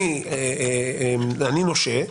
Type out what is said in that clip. אני נושה,